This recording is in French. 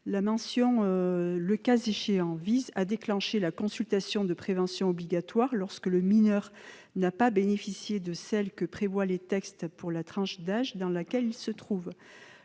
La mention « le cas échéant » vise à déclencher la consultation de prévention obligatoire lorsque le mineur n'a pas bénéficié de celle que prévoient les textes pour la tranche d'âge dans laquelle il se trouve.